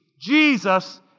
Jesus